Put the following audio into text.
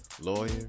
lawyer